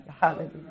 hallelujah